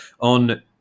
on